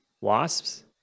wasps